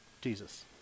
Jesus